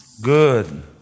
Good